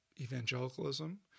evangelicalism